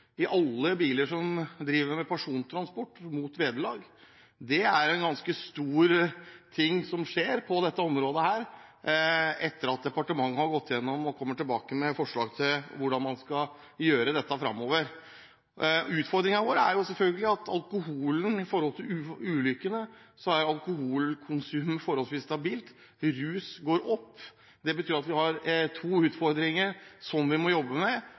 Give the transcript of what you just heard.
i alle biler som driver med persontransport mot vederlag. Det er en ganske stor ting som skjer på dette området, etter at departementet har gått igjennom og kommet tilbake med forslag til hvordan man skal gjøre dette framover. Utfordringen vår er selvfølgelig at i forhold til ulykkene er alkoholkonsumet forholdsvis stabilt. Rus går opp. Det betyr at vi har to utfordringer som vi må jobbe med,